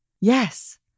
Yes